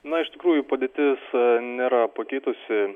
na iš tikrųjų padėtis nėra pakitusi